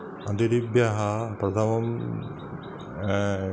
अतिथिभ्यः प्रथमं